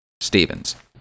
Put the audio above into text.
Stevens